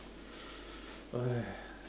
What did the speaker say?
!aiya!